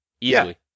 easily